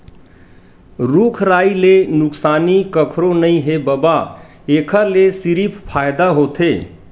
रूख राई ले नुकसानी कखरो नइ हे बबा, एखर ले सिरिफ फायदा होथे